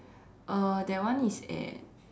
uh that one is at